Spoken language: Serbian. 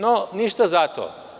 No, ništa zato.